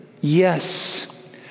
Yes